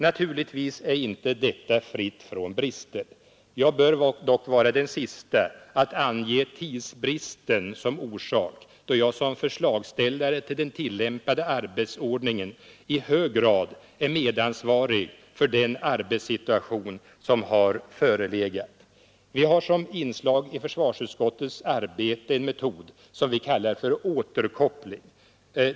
Naturligtvis saknar inte betänkandet brister, men jag bör vara den siste att ange tidsbristen som orsak härtill, då jag som förslagsställare till den tillämpade arbetsordningen i hög grad är medansvarig för den arbetssituation som har förelegat. Vi har som inslag i försvarsutskottets arbete en metod som vi kallar för återkoppling.